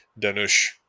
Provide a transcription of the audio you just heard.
Danush